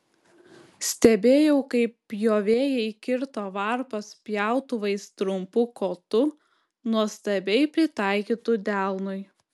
stebėjau kaip pjovėjai kirto varpas pjautuvais trumpu kotu nuostabiai pritaikytu delnui